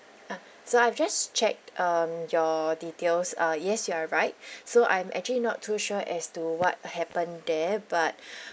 uh so I've just checked um your details uh yes you are right so I'm actually not too sure as to what happened there but